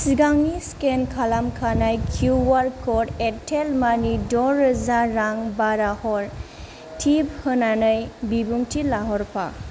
सिगांनि स्केन खालामखानाय Q R code Airtel मानिजों द'रोजा रां बारा हर टिप होन्नानै बिबुंथि लाहरफा